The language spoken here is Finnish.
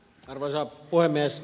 arvoisa puhemies